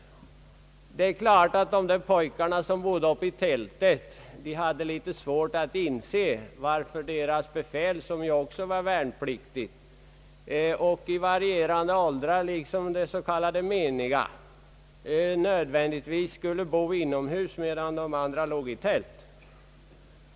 Det är klart att pojkarna, som bodde i tältet, hade svårt att inse varför deras befäl, som också var värnpliktiga i varierande åldrar liksom de s. k, meniga, nödvändigtvis skulle få bo inomhus medan de »meniga» låg i tält.